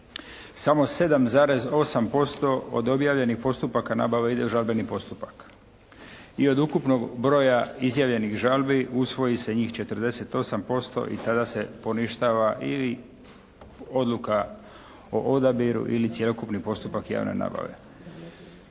Samo 7,8% od objavljenih postupaka nabave ide žalbeni postupak. I od ukupnog broja izjavljenih žalbi usvoji se njih 48% i tada se poništava i odluka o odabiru ili cjelokupni postupak javne nabave.